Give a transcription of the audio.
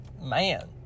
man